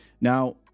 Now